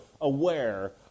aware